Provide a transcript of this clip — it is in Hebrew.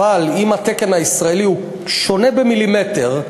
אבל אם התקן הישראלי שונה במילימטר,